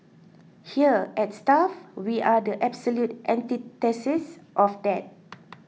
here at stuff we are the absolute antithesis of that